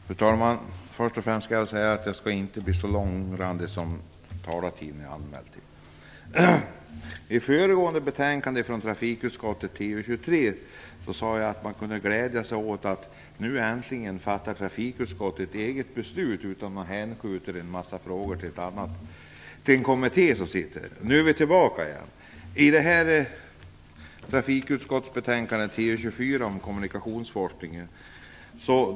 Fru talman! Först och främst vill jag säga att jag inte skall bli så långrandig att jag använder den talartid jag anmält mig för. I debatten om föregående betänkande från trafikutskottet TU23 sade jag att man kunde glädja sig åt att trafikutskottet nu äntligen fattar ett eget beslut utan att hänskjuta en massa frågor till en sittande kommitté. Nu är vi tillbaka där igen i trafikutskottets betänkande TU24 om kommunikationsforskningen.